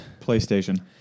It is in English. PlayStation